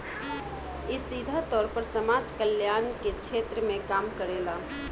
इ सीधा तौर पर समाज कल्याण के क्षेत्र में काम करेला